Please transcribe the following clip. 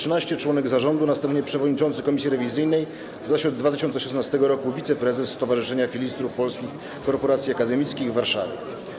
W latach 2010–2013 członek zarządu, następnie przewodniczący komisji rewizyjnej, zaś od 2016 r. wiceprezes Stowarzyszenia Filistrów Polskich Korporacji Akademickich w Warszawie.